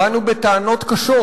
באנו בטענות קשות,